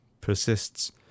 persists